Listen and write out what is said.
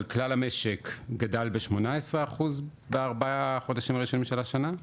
אבל כלל המשק גדל ב- 18% בארבעת החודשים הראשונים של השנה.